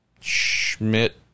Schmidt